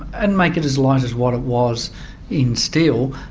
and make it as light as what it was in steel,